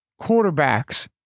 quarterbacks